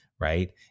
Right